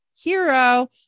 hero